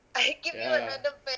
ya